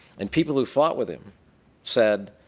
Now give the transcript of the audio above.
and people who fought with him said